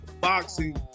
boxing